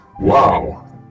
Wow